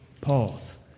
Pause